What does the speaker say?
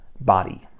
body